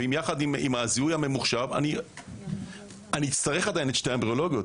ועם הזיהוי הממוחשב אני אצטרך עדיין שתי אמבריולוגית,